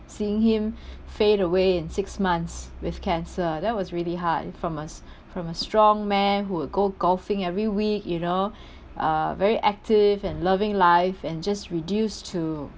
seeing him fade away in six months with cancer that was really hard from a from a strong man who would go golfing every week you know uh very active and loving life and just reduced to